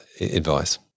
advice